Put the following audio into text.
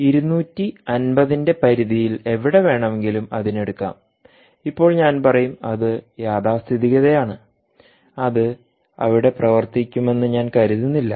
250ന്റെ പരിധിയിൽ എവിടെ വേണമെങ്കിലും അതിന് എടുക്കാം ഇപ്പോൾ ഞാൻ പറയും അത് യാഥാസ്ഥിതികത ആണ് അത് അവിടെ പ്രവർത്തിക്കുമെന്ന് ഞാൻ കരുതുന്നില്ല